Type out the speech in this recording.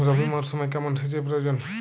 রবি মরশুমে কেমন সেচের প্রয়োজন?